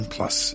Plus